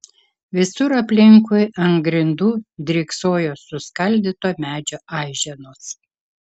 visur aplinkui ant grindų dryksojo suskaldyto medžio aiženos